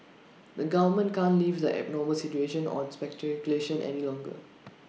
the government can't leave the abnormal situation of speculation any longer